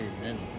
Amen